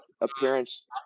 appearance